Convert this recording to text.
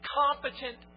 competent